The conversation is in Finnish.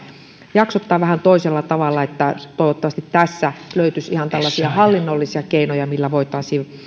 jaksottaa vähän toisella tavalla toivottavasti tässä löytyisi ihan tällaisia hallinnollisia keinoja millä voitaisiin